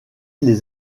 les